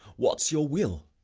what's your will?